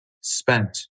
spent